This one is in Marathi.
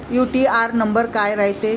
यू.टी.आर नंबर काय रायते?